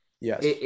Yes